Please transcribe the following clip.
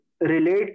relate